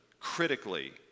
critically